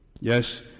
Yes